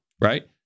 right